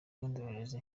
n’indorerezi